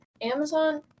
Amazon